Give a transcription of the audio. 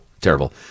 terrible